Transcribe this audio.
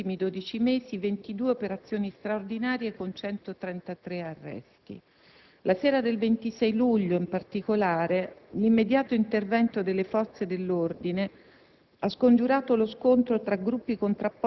Sono state contate, solo negli ultimi dodici mesi, 22 operazioni straordinarie con 133 arresti. Lasera del 26 luglio, in particolare, l'immediato intervento delle forze dell'ordine